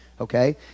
Okay